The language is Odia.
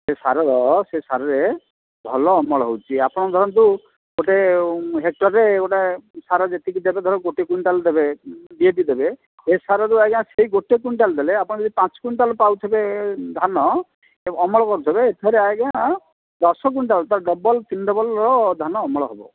ସେ ସାରର ସେ ସାରରେ ଭଲ ଅମଳ ହେଉଛି ଆପଣ ଧରନ୍ତୁ ଗୋଟେ ହେକ୍ଟର୍ରେ ଗୋଟେ ସାର ଯେତିକି ଦେବେ ଧର ଗୋଟେ କୁଇଣ୍ଟାଲ୍ ଦେବେ ଡି ଏ ପି ଦେବେ ଏ ସାରରୁ ଆଜ୍ଞା ସେଇ ଗୋଟେ କୁଇଣ୍ଟାଲ୍ ଦେଲେ ଆପଣ ଯଦି ପାଞ୍ଚ କୁଇଣ୍ଟାଲ୍ ପାଉଥିବେ ଧାନ ଅମଳ କରୁଥିବେ ଏଥିରେ ଆଜ୍ଞା ଦଶ କୁଇଣ୍ଟାଲ୍ ତା ଡବଲ୍ ତିନି ଡବଲ୍ର ଧାନ ଅମଳ ହେବ